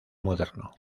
moderno